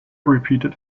repeated